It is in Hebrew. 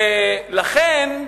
ולכן,